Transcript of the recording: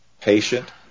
patient